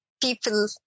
people